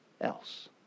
else